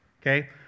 Okay